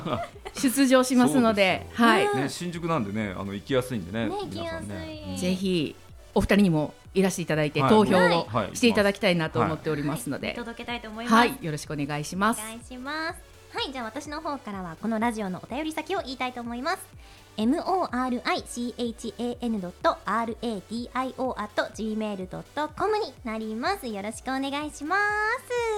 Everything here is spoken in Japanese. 出場しますので、そうですよ。はい。ね、新宿なんでね、あの、行きやすいんでね、ね、皆さんね。行きやすい。うん。ぜひ、お二人にもいらしていただいて、はい。投票をはい。はい、いきます。していただきたいなとはい。思っておりますので。はい。見届けたいと思います。はい。よろしくお願いします。お願いします。はい。じゃあ、私の方からは、このラジオのお便り先を言いたいと思います。morichan.radio@gmail.comになります。よろしくお願いします。